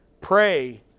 Pray